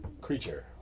creature